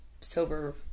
sober